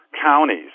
counties